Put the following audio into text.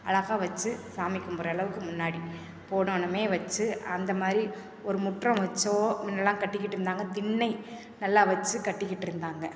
அழகாக வச்சி சாமி கும்புட்ற அளவுக்கு முன்னாடி போன உன்னமே வச்சி அந்த மாதிரி ஒரு முற்றம் வச்சோ முன்னெல்லாம் கட்டிக்கிட்டு இருந்தாங்கள் திண்ணை நல்லா வச்சி கட்டிக்கிட்டு இருந்தாங்கள்